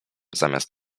zamiast